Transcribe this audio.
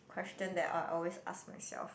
question that I always ask myself